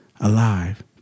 alive